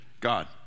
God